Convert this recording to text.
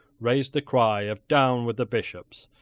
raised the cry of down with the bishops,